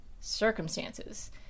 circumstances